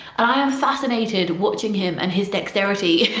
i am fascinated watching him and his dexterity,